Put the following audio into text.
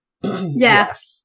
Yes